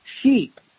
sheep